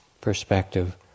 perspective